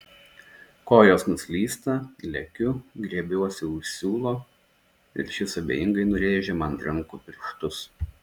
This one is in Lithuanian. kojos nuslysta lekiu griebiuosi už siūlo ir šis abejingai nurėžia man rankų pirštus